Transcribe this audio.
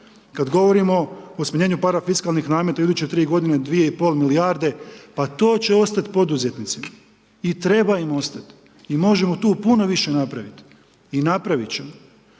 Kada govorimo o smanjenju parafiskalnih nameta u iduće tri godine 2 i pol milijarde, pa to će ostati poduzetnicima i treba im ostati. I možemo tu puno više napraviti i napravit ćemo.